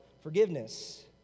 forgiveness